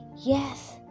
yes